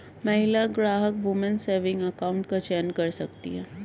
महिला ग्राहक woman saving account का चयन कर सकती है